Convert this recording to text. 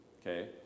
Okay